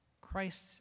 Christ